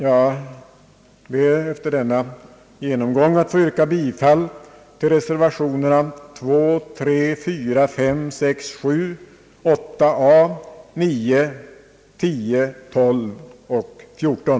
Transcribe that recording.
Jag ber efter denna genomgång att få yrka bifall till reservationerna 2, 3, 4, 5, 6, 7, 8 a, 9, 10, 12 och 14a.